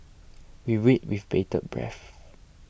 we wait with bated breath